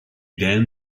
then